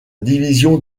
division